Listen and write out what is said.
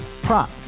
Prop